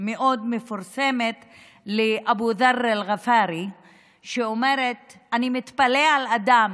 מאוד מפורסמת בערבית של אבו ד'ר אלע'פארי שאומרת: אני מתפלא על אדם